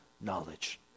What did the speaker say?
knowledge